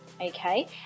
Okay